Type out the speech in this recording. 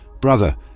Brother